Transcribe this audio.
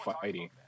fighting